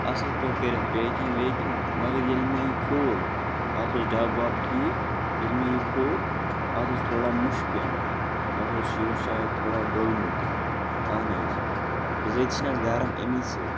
اصل پٲٹھۍ کٔرِتھ پیکِنگ ویکِنگ مگر ییٚلہِ مےٚ یہِ کھوٗل اَتھ اوس ڈَبہٕ وِبہٕ ٹھیک ییٚلہِ مےٚ یہِ کھوٗل اَتھ اوس تھوڑا مُشُک یوان اَتھ اوس یہِ اوس شاید تھوڑا ڈوٚلمُت اہن حظ بِضٲتی چھُنہٕ حظ گَرم اَمی سۭتۍ